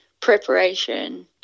preparation